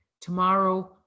Tomorrow